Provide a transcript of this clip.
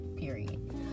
period